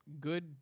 good